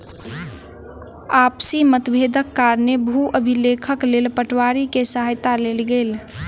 आपसी मतभेदक कारणेँ भू अभिलेखक लेल पटवारी के सहायता लेल गेल